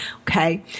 Okay